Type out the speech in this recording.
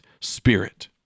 spirit